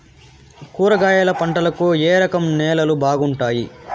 కూరగాయల పంటలకు ఏ రకం నేలలు బాగుంటాయి?